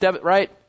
right